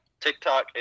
TikTok